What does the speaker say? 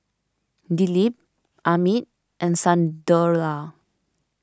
Dilip Amit and Sunderlal